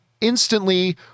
instantly